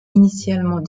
initialement